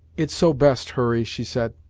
it's so best, hurry, she said.